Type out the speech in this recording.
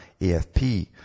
AFP